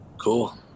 Cool